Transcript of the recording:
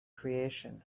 creation